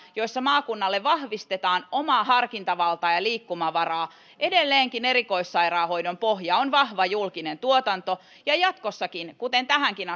joissa maakunnalle vahvistetaan omaa harkintavaltaa ja liikkumavaraa edelleenkin erikoissairaanhoidon pohja on vahva julkinen tuotanto ja jatkossakin kuten tähänkin